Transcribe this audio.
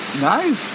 Nice